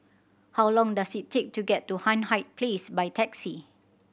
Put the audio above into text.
how long does it take to get to Hindhede Place by taxi